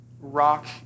rock